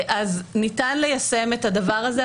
ניתן ליישם את הדבר הזה,